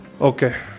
Okay